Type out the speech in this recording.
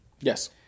Yes